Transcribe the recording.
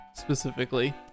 specifically